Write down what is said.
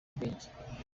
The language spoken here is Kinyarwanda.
ubwenge